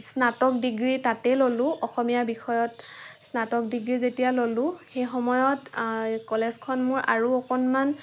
স্নাতক ডিগ্ৰী তাতেই ললোঁ অসমীয়া বিষয়ত স্নাতক ডিগ্ৰী যেতিয়া ললোঁ সেই সময়ত কলেজখন মোৰ আৰু অকণমান